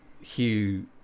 Hugh